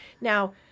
Now